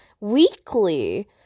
weekly